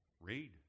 Read